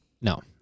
no